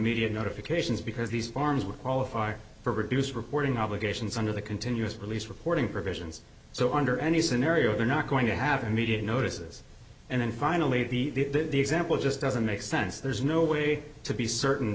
immediate notifications because these farms would qualify for reduced reporting obligations under the continuous release reporting provisions so under any scenario they're not going to have immediate notices and then finally the that the example just doesn't make sense there's no way to be certain